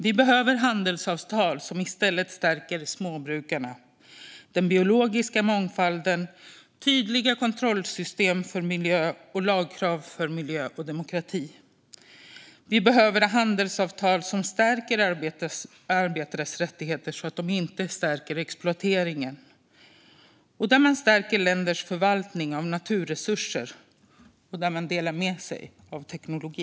Vi behöver handelsavtal som i stället stärker småbrukarna och den biologiska mångfalden. Vi behöver tydliga kontrollsystem för miljö och lagkrav för miljö och demokrati. Vi behöver handelsavtal som stärker arbetares rättigheter och inte exploateringen, som stärker länders förvaltning av naturresurser och där man delar med sig av teknologi.